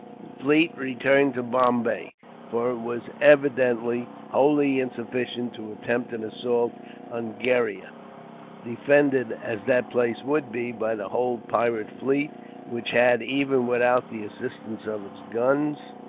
the fleet returned to bombay for it was, evidently, wholly insufficient to attempt an assault on gheriah defended, as that place would be, by the whole pirate fleet which had, even without the assistance of its guns,